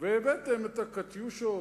והבאתם את ה"קטיושות"